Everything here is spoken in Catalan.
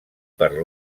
per